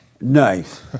Nice